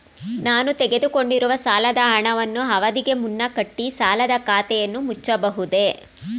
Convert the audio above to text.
ನಾನು ತೆಗೆದುಕೊಂಡಿರುವ ಸಾಲದ ಹಣವನ್ನು ಅವಧಿಗೆ ಮುನ್ನ ಕಟ್ಟಿ ಸಾಲದ ಖಾತೆಯನ್ನು ಮುಚ್ಚಬಹುದೇ?